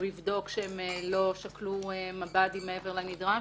יבדוק שלא שקלו מב"דים מעבר לנדרש,